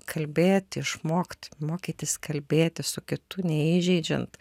kalbėti išmokt mokytis kalbėtis su kitu neįžeidžiant